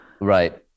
Right